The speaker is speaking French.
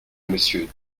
monsieur